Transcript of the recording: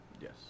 Yes